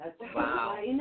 Wow